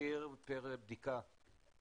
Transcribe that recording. מחיר פר בדיקה,